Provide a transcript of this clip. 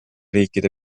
riikide